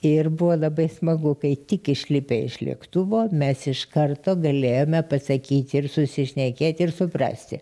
ir buvo labai smagu kai tik išlipę iš lėktuvo mes iš karto galėjome pasakyt ir susišnekėt ir suprasti